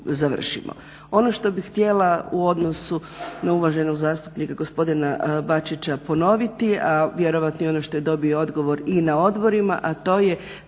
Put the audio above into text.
Ono što bih htjela u odnosu na uvaženog zastupnika gospodina Bačića ponoviti a vjerojatno i ono što je dobio odgovor i na odborima, a to je